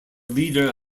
leader